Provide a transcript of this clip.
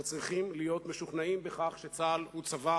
שצריכים להיות משוכנעים שצה"ל הוא צבא